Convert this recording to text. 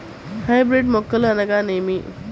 Hybrid మొక్కలు అనగానేమి?